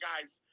guys